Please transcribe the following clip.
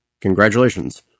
congratulations